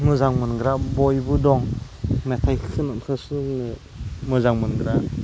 मोजां मोनग्रा बयबो दं मेथाइ खननाय खोसो मोजां मोनग्रा